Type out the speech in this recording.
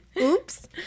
oops